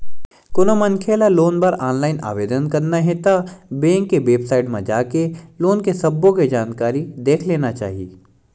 कोनो मनखे ल लोन बर ऑनलाईन आवेदन करना हे ता बेंक के बेबसाइट म जाके लोन के सब्बो के जानकारी देख लेना चाही